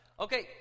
Okay